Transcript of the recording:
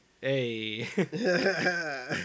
hey